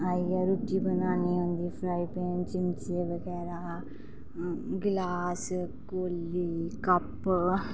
आइयै रूट्टी बनानी हुंदी फ्राईपैन चिमचे बगैरा गलास कौली कप